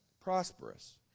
Prosperous